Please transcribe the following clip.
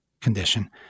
condition